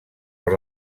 per